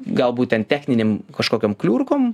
gal būtent techninėm kažkokiom kliurkom